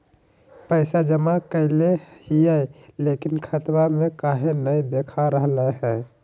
पैसा जमा कैले हिअई, लेकिन खाता में काहे नई देखा रहले हई?